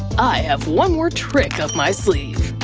i have one more trick up my sleeve.